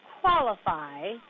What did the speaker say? qualify